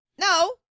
no